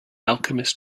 alchemist